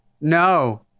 No